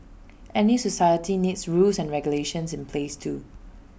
any society needs rules and regulations in place too